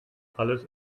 alles